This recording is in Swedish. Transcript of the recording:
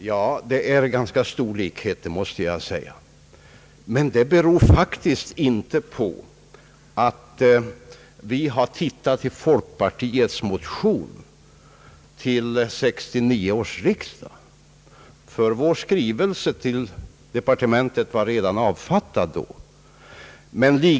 Ja, det är ganska stor likhet, det måste jag säga, men det beror faktiskt inte på att vi har tittat i folkpartiets motion till 1969 års riksdag. Vår skrivelse till departementet var nämligen redan avfattad när motionen lämnades.